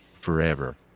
forever